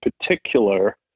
particular